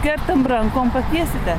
kertam rankom pakviesite